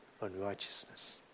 unrighteousness